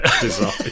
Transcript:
design